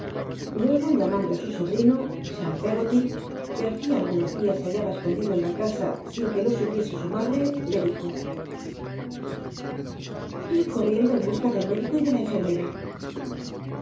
luego llamando í su sobrino cbam peggoty que hat iu algunos días sr hallaba escondido en la casa sin ue lo snpie e sn maclae le dijo id coaaicndo en busca d j médico y d la enfermera